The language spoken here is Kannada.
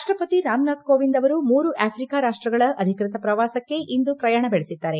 ರಾಷ್ಟಪತಿ ರಾಮನಾಥ್ ಕೋವಿಂದ್ ಅವರು ಮೂರು ಆಫ್ರಿಕಾ ರಾಷ್ಟಗಳ ಅಧಿಕೃತ ಪ್ರವಾಸಕ್ಕೆ ಇಂದು ಪ್ರಯಾಣ ಬೆಳಿಸಿದ್ದಾರೆ